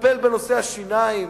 לטפל בנושא השיניים,